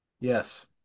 Yes